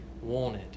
wanted